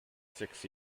six